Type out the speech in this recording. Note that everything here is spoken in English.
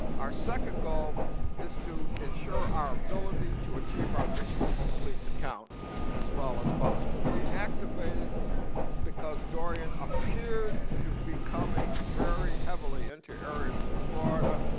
our sec and goal is to ensure our ability to achieve our mission to complete the count as well as possible. we activated because dorian appeared to be coming very heavily into areas in florida,